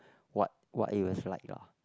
what what it was like lah